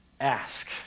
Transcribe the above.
Ask